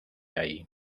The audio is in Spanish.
ahí